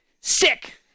sick